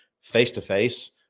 face-to-face